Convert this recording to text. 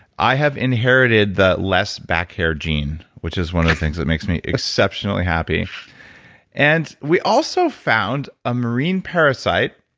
i have inherited the less back hair gene, which is one of the things that makes me exceptionally happy and we also found a marine parasite,